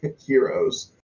heroes